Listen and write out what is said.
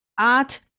art